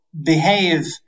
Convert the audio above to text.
behave